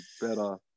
better